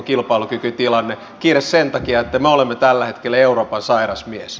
kiire sen takia että me olemme tällä hetkellä euroopan sairas mies